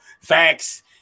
facts